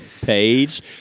page